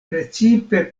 precipe